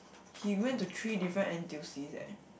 he went to three different N_T_U_Cs eh